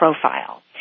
profile